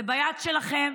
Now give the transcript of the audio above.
זה ביד שלכם.